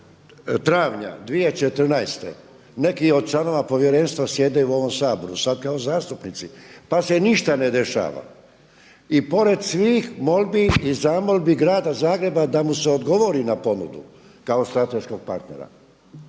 u ovom Saboru sad kao zastupnici pa se ništa ne dešava. I pored svih molbi i zamolbi grada Zagreba da mu se odgovori na ponudu kao strateškog partnera.